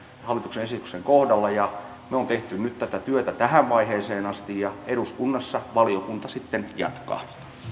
hallituksen esityksen kohdalla ja me olemme tehneet nyt tätä työtä tähän vaiheeseen asti ja eduskunnassa valiokunta sitten jatkaa